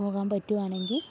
പോകാൻ പറ്റുകയാണെങ്കിൽ